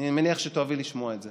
אני מניח שתאהבי לשמוע את זה.